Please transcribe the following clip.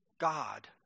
God